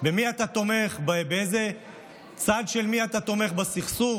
במי אתה תומך, בצד של מי אתה תומך בסכסוך.